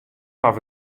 haw